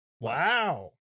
Wow